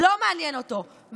לא מעניין אותו.